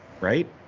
right